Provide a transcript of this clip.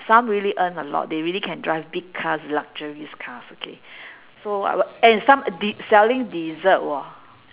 some really earn a lot they really can drive big cars luxurious cars okay so w~ w~ and some de~ selling dessert [wor]